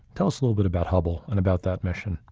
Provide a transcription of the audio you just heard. tell us a little bit about hubble and about that mission.